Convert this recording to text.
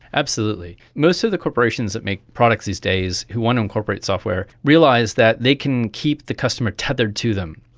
absolutely. most of the corporations that make products these days who want to incorporate software realise that they can keep the customer tethered to them,